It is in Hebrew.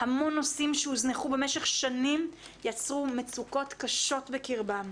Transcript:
המון נושאים שהוזנחו במשך שנים יצרו מצוקות קשות בקרבם.